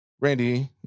Randy